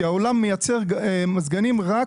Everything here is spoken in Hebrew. כי העולם מייצר מזגנים רק